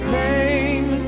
name